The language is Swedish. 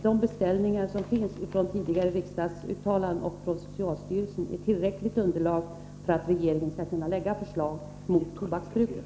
De beställningar som finns från tidigare riksmöten och från socialstyrelsen är ett tillräckligt underlag för att regeringen skall kunna lägga fram förslag mot tobaksbruket.